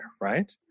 Right